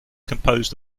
composed